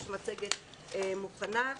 יש מצגת מוכנה.